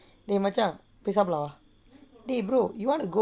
eh machan eh brother you wanna go